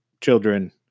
children